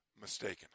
mistaken